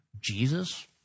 Jesus